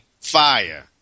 fire